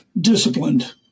disciplined